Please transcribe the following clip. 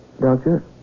Doctor